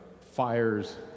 fires